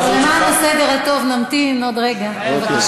למען הסדר הטוב נמתין עוד רגע.